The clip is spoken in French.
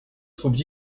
troupes